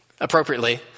appropriately